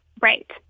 Right